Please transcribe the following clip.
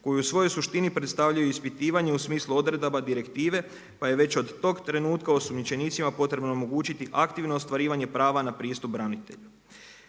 koji u svojoj suštini predstavljaju ispitivanje u smislu odredaba direktive pa je već od tog trenutka osumnjičenicima potrebno omogućiti aktivno ostvarivanje prava na pristup branitelju.